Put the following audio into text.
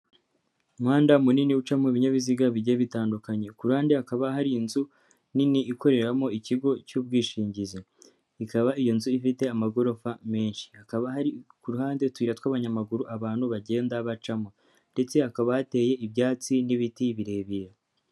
umuhanda munini uca mu ibinyabiziga bijye bitandukanye kurande hakaba hari inzu nini ikoreramo ikigo cy'ubwishingizi ikaba iyo nzu ifite amagorofa menshi hakaba hari ku ruhandetuyi tw'abanyamaguru abantu bagenda bacamo ndetse hakaba hateye ibyatsi n'ibiti birebire